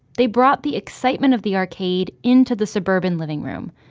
they brought the excitement of the arcade into the suburban living room,